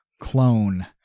clone